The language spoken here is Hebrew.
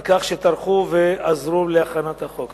על כך שטרחו ועזרו בהכנת החוק.